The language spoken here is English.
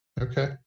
Okay